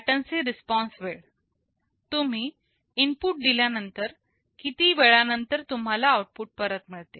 latency response वेळ तुम्ही input दिल्यानंतर किती वेळा नंतर तुम्हाला आउटपुट परत मिळते